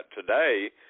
today